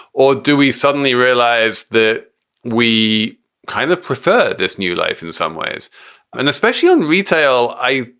or do we suddenly realize that we kind of prefer this new life in some ways and especially in retail? i,